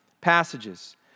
passages